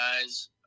guys